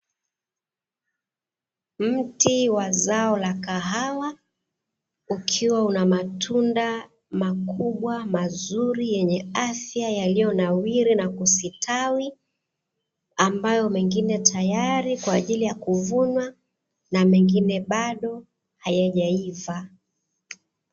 Mti wa zao la kahawa ukiwa na matunda makubwa mazuri yenye afya, yaliyonawiri na kustawi; ambayo mengine tayari kwa ajili ya kuvunwa na mengine bado hayajaiva.